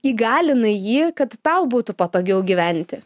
įgalina jį kad tau būtų patogiau gyventi